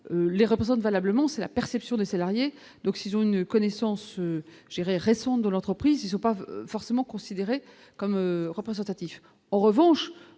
les représenter valablement c'est la perception des salariés, donc s'ils ont une connaissance récente de l'entreprise, ils sont pas forcément considéré comme représentatif, en revanche,